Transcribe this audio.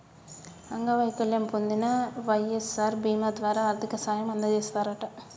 అంగవైకల్యం పొందిన వై.ఎస్.ఆర్ బీమా ద్వారా ఆర్థిక సాయం అందజేస్తారట